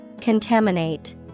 Contaminate